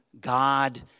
God